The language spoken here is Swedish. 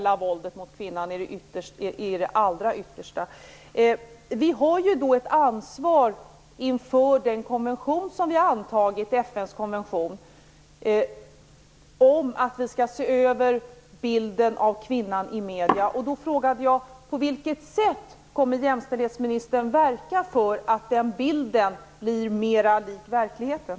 Det absolut yttersta förtrycket är det sexuella våldet. Vi har ett ansvar för den FN konvention som vi har antagit om att bilden av kvinnan i medierna skall ses över. Då frågar jag: På vilket sätt kommer jämställdhetsministern att verka för att den bilden bättre överensstämmer med verkligheten?